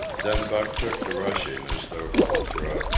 then buck took to rushing, as though for the throat,